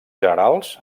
generals